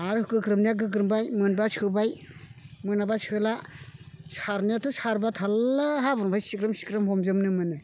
आरो गोग्रोमनाया गोग्रोमबाय मोनबा सोबाय मोनाबा सोला सारनायाथ' सारोबा थारला हाब्रुनिफ्राय सिग्रोम सिग्रोम हमजोबनो मोनो